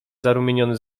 zarumieniony